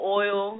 oil